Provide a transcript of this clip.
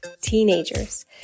teenagers